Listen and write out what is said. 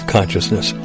Consciousness